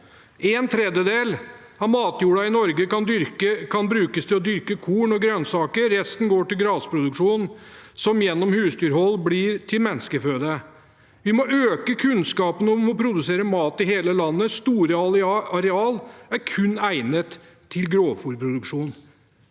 En tredjedel av matjorden i Norge kan brukes til å dyrke korn og grønnsaker. Resten går til produksjon av gress, som gjennom husdyrhold blir til menneskeføde. Vi må øke kunnskapen om å produsere mat i hele landet. Store arealer er kun egnet til grovfôrproduksjon.